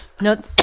No